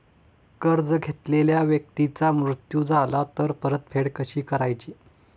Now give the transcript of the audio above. कर्ज घेतलेल्या व्यक्तीचा मृत्यू झाला तर परतफेड कशी करायची?